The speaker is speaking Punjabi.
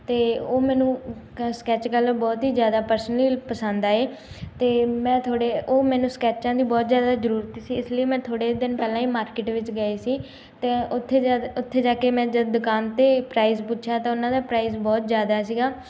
ਅਤੇ ਉਹ ਮੈਨੂੰ ਸਕੈਚ ਕਰ ਬਹੁਤ ਹੀ ਜ਼ਿਆਦਾ ਪਰਸਨਲੀ ਪਸੰਦ ਆਏ ਅਤੇ ਮੈਂ ਥੋੜ੍ਹੇ ਉਹ ਮੈਨੂੰ ਸਕੈਚਾਂ ਦੀ ਬਹੁਤ ਜ਼ਿਆਦਾ ਜ਼ਰੂਰਤ ਸੀ ਇਸ ਲਈ ਮੈਂ ਥੋੜ੍ਹੇ ਦਿਨ ਪਹਿਲਾਂ ਹੀ ਮਾਰਕੀਟ ਵਿੱਚ ਗਏ ਸੀ ਅਤੇ ਉੱਥੇ ਜਦੋਂ ਉੱਥੇ ਜਾ ਕੇ ਮੈਂ ਜਦੋਂ ਦੁਕਾਨ 'ਤੇ ਪ੍ਰਾਈਜ਼ ਪੁੱਛਿਆ ਤਾਂ ਉਹਨਾਂ ਦਾ ਪ੍ਰਾਈਜ਼ ਬਹੁਤ ਜ਼ਿਆਦਾ ਸੀਗਾ